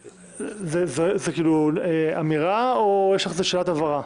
זאת אמירה או שיש לך איזו שאלת הבהרה?